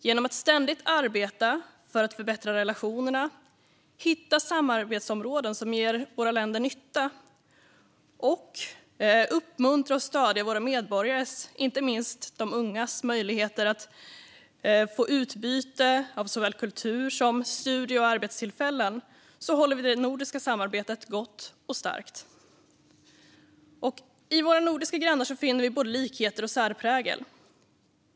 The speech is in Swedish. Genom att ständigt arbeta för att förbättra relationerna, hitta samarbetsområden som ger våra länder nytta och uppmuntra och stödja våra medborgares, inte minst de ungas, möjligheter att få utbyte av såväl kultur som studier och arbetstillfällen håller vi det nordiska samarbetet gott och starkt. I våra nordiska grannar finner vi både likheter och särprägel.